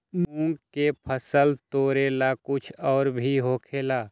मूंग के फसल तोरेला कुछ और भी होखेला?